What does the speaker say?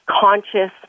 conscious